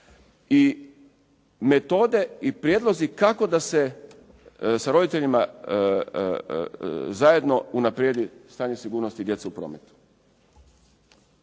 i metode i prijedlozi kako da se sa roditeljima zajedno unaprijedi stanje sigurnosti djece u prometu.